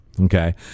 okay